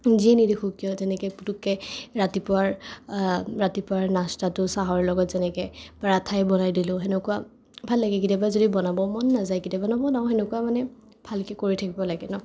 যিয়ে নেদেখোঁ কিয় তেনেকৈ পুটুককৈ ৰাতিপুৱাৰ ৰাতিপুৱাৰ নাস্তাটো চাহৰ লগত যেনেকৈ পৰঠাই বনাই দিলো হেনেকুৱা ভাল লাগে কেতিয়াবা যদি বনাব মন নাযায় কেতিয়াবা নবনাওঁ সেনেকুৱা মানে ভালকৈ কৰি থাকিব লাগে